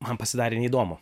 man pasidarė neįdomu